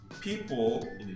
People